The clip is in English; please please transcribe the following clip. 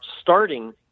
starting